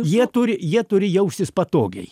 jie turi jie turi jaustis patogiai